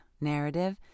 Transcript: narrative